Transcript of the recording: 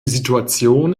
situation